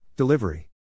Delivery